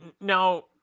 now